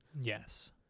Yes